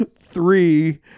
three